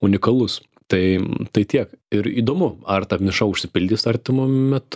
unikalus taip tai tiek ir įdomu ar ta niša užsipildys artimu metu